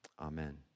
Amen